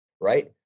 right